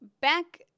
Back